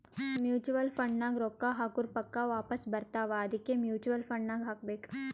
mutual fund ನಾಗ್ ರೊಕ್ಕಾ ಹಾಕುರ್ ಪಕ್ಕಾ ವಾಪಾಸ್ ಬರ್ತಾವ ಅದ್ಕೆ ಮೂಚುವಲ್ ಫಂಡ್ ನಾಗ್ ಹಾಕಬೇಕ್